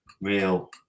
real